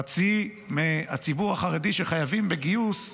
חצי מהציבור החרדי שחייבים בגיוס,